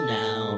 now